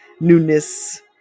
Newness